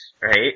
right